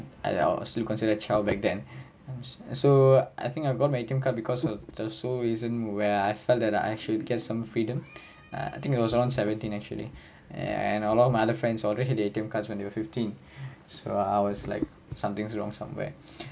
I still consider a child back then so I think I've got my A_T_M card because of the sole reason where I felt that I should get some freedom ah I think it was around seventeen actually and along my other friends already have A_T_M cards when they were fifteen so I was like something's wrong somewhere